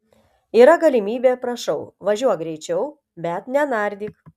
yra galimybė prašau važiuok greičiau bet nenardyk